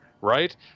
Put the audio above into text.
right